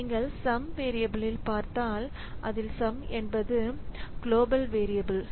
நீங்கள் sum variable பார்த்தால் அதில் சம் என்பது கிலோபல் வேரியபில்